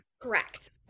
Correct